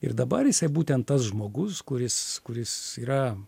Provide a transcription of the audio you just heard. ir dabar jisai būtent tas žmogus kuris kuris yra